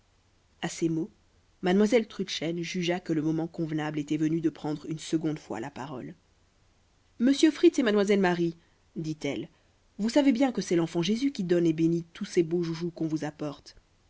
à ces mots mademoiselle trudchen jugea que le moment convenable était venu de prendre une seconde fois la parole monsieur fritz et mademoiselle marie dit-elle vous savez bien que c'est l'enfant jésus qui donne et bénit tous ces beaux joujoux qu'on vous apporte